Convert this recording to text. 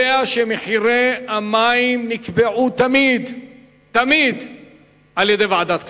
יודע שמחירי המים נקבעו תמיד על-ידי ועדת הכספים.